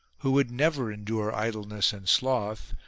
who would never endure idleness and sloth,